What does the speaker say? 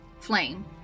flame